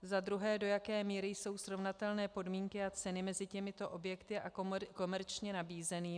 Za druhé, do jaké míry jsou srovnatelné podmínky a ceny mezi těmito objekty a komerčně nabízenými.